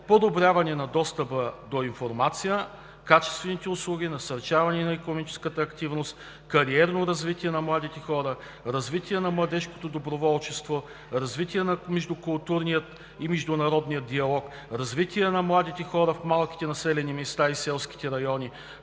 подобряване на достъпа до информация и качествени услуги, насърчаване на икономическата активност и кариерно развитие на младите хора, развитие на младежкото доброволчество, развитие на междукултурния и международния диалог, развитие на младите хора в малките населени места и селските райони,